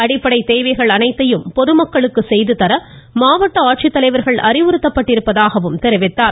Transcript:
அடிப்படை தேவைகள் அனைத்தையும் பொதுமக்களுக்கு செய்து தர மாவட்ட ஆட்சித்தலைவர்கள் அறிவுறுத்தப்பட்டிருப்பதாகவும் அவர் தெரிவித்தார்